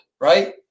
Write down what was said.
right